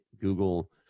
Google